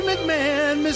McMahon